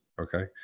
Okay